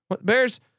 bears